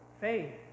faith